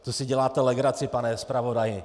To si děláte legraci, pane zpravodaji.